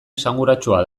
esanguratsua